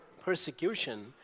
persecution